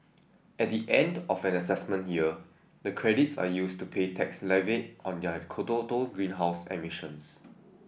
at the end of an assessment year the credits are used to pay tax levied on their greenhouse emissions